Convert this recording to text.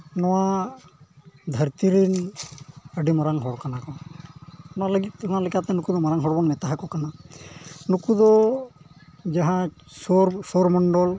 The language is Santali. ᱱᱚᱣᱟ ᱫᱷᱟᱹᱨᱛᱤ ᱨᱮᱱ ᱟᱹᱰᱤ ᱢᱟᱨᱟᱝ ᱦᱚᱲ ᱠᱚ ᱚᱱᱟ ᱞᱟᱹᱜᱤᱫ ᱛᱮ ᱚᱱᱟ ᱞᱮᱠᱟᱛᱮ ᱱᱩᱠᱩ ᱫᱚ ᱢᱟᱨᱟᱝ ᱦᱚᱲ ᱵᱚᱱ ᱢᱮᱛᱟᱣᱟᱠᱚ ᱠᱟᱱᱟ ᱱᱩᱠᱩ ᱫᱚ ᱡᱟᱦᱟᱸ ᱥᱚᱨ ᱥᱳᱣᱨᱚ ᱢᱚᱱᱰᱚᱞ